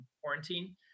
quarantine